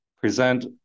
present